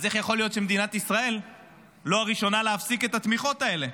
אז איך יכול להיות שמדינת ישראל לא הראשונה להפסיק את התמיכות האלה?